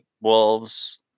Wolves*